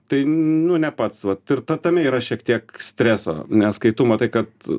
tai nu ne pats vat ir ta tame yra šiek tiek streso nes kai tu matai kad